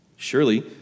Surely